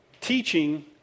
teaching